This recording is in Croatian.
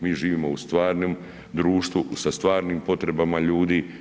Mi živimo u stvarnom društvu sa stvarnim potrebama ljudi.